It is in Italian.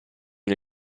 una